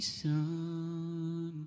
son